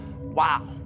Wow